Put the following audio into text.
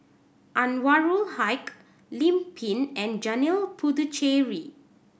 Anwarul Haque Lim Pin and Janil Puthucheary